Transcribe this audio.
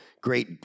great